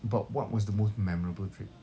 but what was the most memorable trip